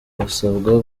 basabwa